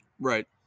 Right